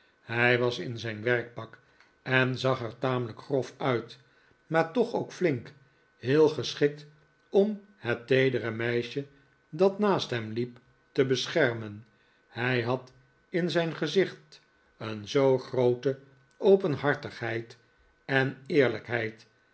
hij was in zijn werkpak en zag er tamelijk grof uit maar toch ook flink heel geschikt om het teedere meisje dat naast hem hep te beschermen hij had in zijn gezicht een zoo groote openhartigheid en eerlijkheid